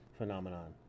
phenomenon